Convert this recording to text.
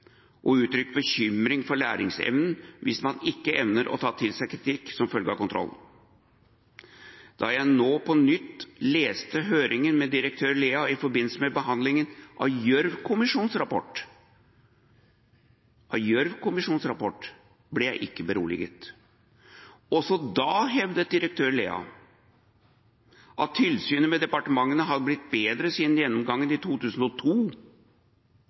og uttrykt bekymring for læringsevnen hvis man ikke evner å ta til seg kritikk som følge av kontrollen. Da jeg nå på nytt leste høringen med direktør Lea i forbindelse med behandlingen av Gjørv-kommisjonens rapport, ble jeg ikke beroliget. Også da hevdet direktør Lea at tilsynet med departementene hadde blitt bedre siden gjennomgangen i 2002,